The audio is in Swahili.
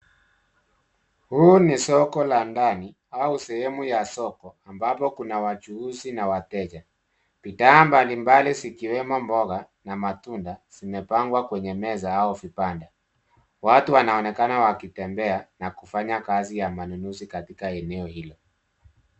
Huu ni soko la ndani au sehemu ya soko ambako kuna wachuuzi na wateja. Bidhaa mbalimbali zikiwemo mboga na matunda zimepangwa kwenye meza au vibanda. Watu wanaonekana wakitembea na kufanya kazi ya manunuzi katika eneo hilo.